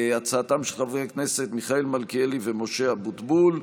הצעתם של חברי הכנסת מיכאל מלכיאלי ומשה אבוטבול.